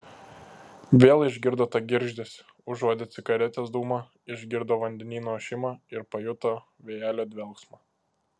vėl išgirdo tą girgždesį užuodė cigaretės dūmą išgirdo vandenyno ošimą ir pajuto vėjelio dvelksmą